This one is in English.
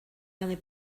only